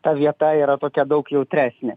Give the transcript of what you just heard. ta vieta yra tokia daug jautresnė